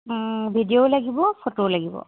ভিডিঅ'ও লাগিব ফটোও লাগিব